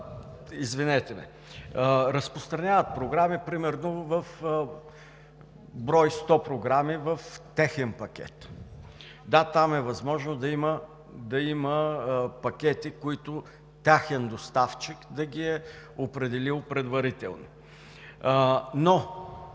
Извинете ме, разпространяват програми примерно в брой 100 програми в техен пакет. Да, там е възможно да има пакети, които техен доставчик да ги е определил предварително, но